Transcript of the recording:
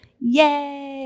yay